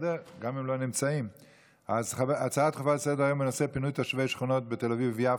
דחופה לסדר-היום בנושא: פינוי תושבי שכונות בתל אביב ויפו,